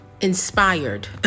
Inspired